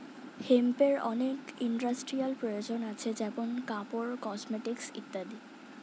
হেম্পের অনেক ইন্ডাস্ট্রিয়াল প্রয়োজন আছে যেমন কাপড়, কসমেটিকস ইত্যাদি